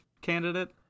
candidate